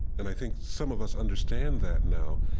and i think some of us understand that now.